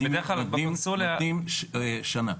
נותנים לשנה.